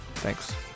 Thanks